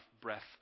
breath